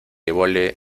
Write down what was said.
evole